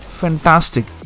fantastic